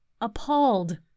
appalled